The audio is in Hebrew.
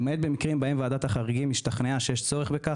זאת למעט במקרים שבהם ועדת החריגים השתכנעה שיש צורך בכך